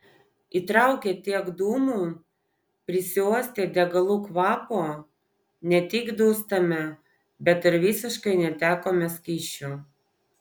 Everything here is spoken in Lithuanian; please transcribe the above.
įtraukę tiek dūmų prisiuostę degalų kvapo ne tik dūstame bet ir visiškai netekome skysčių